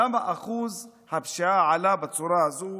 למה אחוז הפשיעה עלה בצורה הזו